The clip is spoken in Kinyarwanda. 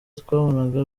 twabonaga